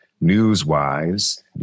news-wise